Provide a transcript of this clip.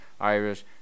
Irish